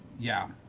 yeah,